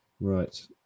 Right